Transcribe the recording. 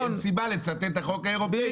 אין סיבה לצטט את החוק האירופי.